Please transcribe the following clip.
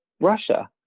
Russia